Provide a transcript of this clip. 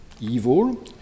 evil